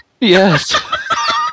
Yes